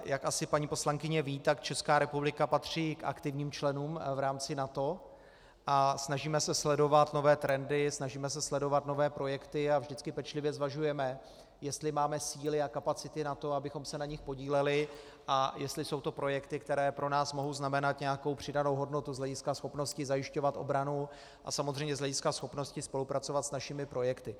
Jak asi paní poslankyně ví, tak Česká republika patří k aktivním členům v rámci NATO a snažíme se sledovat nové trendy, snažíme se sledovat nové projekty a vždycky pečlivě zvažujeme, jestli máme síly a kapacity na to, abychom se na nich podíleli, a jestli jsou to projekty, které pro nás mohou znamenat nějakou přidanou hodnotu z hlediska schopnosti zajišťovat obranu a samozřejmě z hlediska schopnosti spolupracovat s našimi projekty.